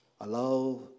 Allow